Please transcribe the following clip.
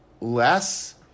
less